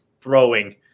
throwing